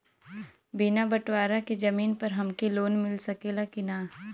बिना बटवारा के जमीन पर हमके लोन मिल सकेला की ना?